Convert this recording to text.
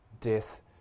death